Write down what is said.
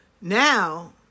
now